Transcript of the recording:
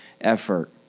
effort